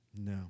No